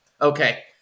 Okay